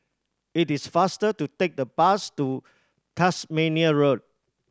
it is faster to take the bus to Tasmania Road